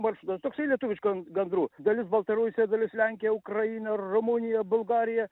maršrutas toksai lietuviškų gandrų dalis baltarusija dalis lenkija ukraina rumunija bulgarija